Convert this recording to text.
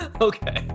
Okay